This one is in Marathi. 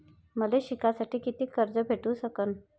मले शिकासाठी कितीक कर्ज भेटू सकन?